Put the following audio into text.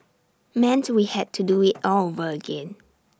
meant we had to do IT all over again